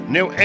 New